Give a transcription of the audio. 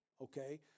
okay